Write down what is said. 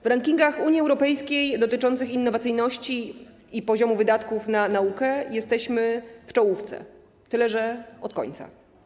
W rankingach Unii Europejskiej dotyczących innowacyjności i poziomu wydatków na naukę jesteśmy w czołówce, tyle że od końca.